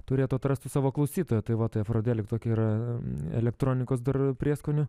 turėtų atrasti savo klausytoją tai va tai afrodelik tokia yra elektronikos dar prieskonių